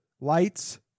lights